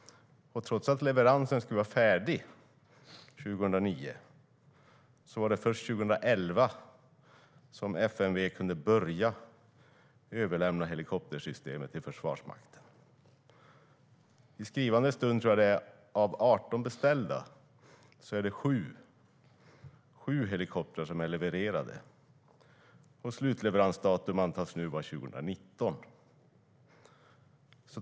Trots att leveransen skulle vara klar 2009 var det först 2011 som FMV kunde inleda överlämnandet av helikoptersystemet till Försvarsmakten.I skrivande stund är det 7 av 18 beställda helikoptrar som är levererade. Slutleveransdatum antas nu vara 2019.